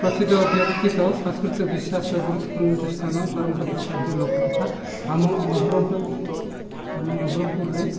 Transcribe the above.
ପ୍ରସିଦ୍ଧ ବ୍ୟକ୍ତି ତ ସାଂସ୍କୃତିକ ବିଶ୍ୱାସ ଗୁରୁତ୍ଵପୂର୍ଣ୍ଣ ସ୍ଥାନ ପାରମ୍ପରିକ ଖାଦ୍ୟ ଲୋକ କଥା ଆମ ନବରଙ୍ଗପୁର ଆମ ନବରଙ୍ଗପୁରରେ